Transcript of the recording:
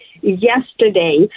yesterday